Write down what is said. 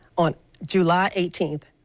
on july eighteenth,